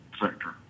sector